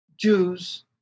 Jews